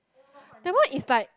never is like